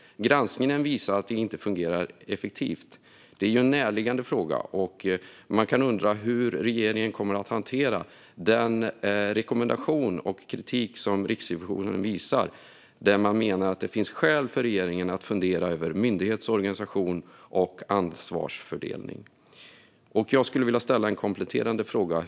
Granskningen visar att det inte fungerar effektivt. Det är en närliggande fråga. Jag undrar hur regeringen kommer att hantera den rekommendation och kritik som Riksrevisionen har framfört, där man menar att det finns skäl för regeringen att fundera över myndigheters organisation och ansvarsfördelning. Jag skulle vilja ställa en kompletterande fråga.